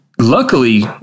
luckily